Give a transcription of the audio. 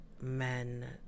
men